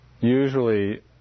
usually